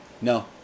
No